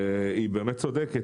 והיא באמת צודקת,